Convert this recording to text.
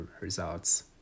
results